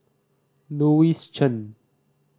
Louis Chen